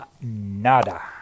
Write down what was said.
nada